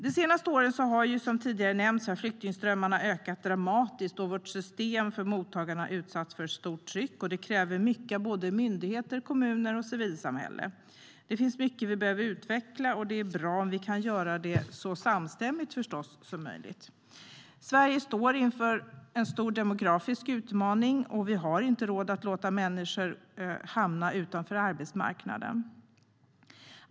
De senaste åren har, som tidigare har nämnts, flyktingströmmarna ökat dramatiskt och vårt system för mottagande har utsatts för stort tryck, vilket kräver mycket av myndigheter, kommuner och civilsamhället. Det finns mycket som vi behöver utveckla, och det är bra om vi kan göra det i så stor samstämmighet som möjligt. Sverige står inför en stor demografisk utmaning, och vi har inte råd att låta människor hamna utanför arbetsmarknaden.